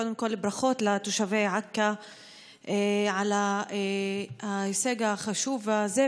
קודם כול ברכות לתושבי עכא על ההישג החשוב הזה,